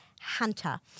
hunter